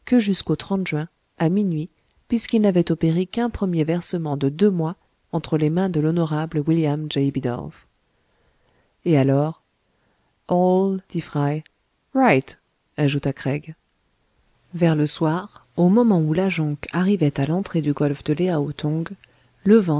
jusqu'au juin à minuit puisqu'il n'avait opéré qu'un premier versement de deux mois entre les mains de l'honorable william j bidulph et alors all dit fry right ajouta craig vers le soir au moment où la jonque arrivait à l'entrée du golfe de